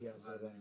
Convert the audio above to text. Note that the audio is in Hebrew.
בוקר טוב,